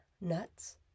nuts